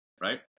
right